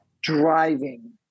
Driving